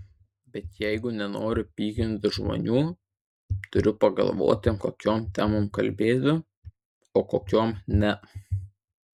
bet jeigu nenoriu pykinti žmonių turiu pagalvoti kokiom temom kalbėti o kokiom ne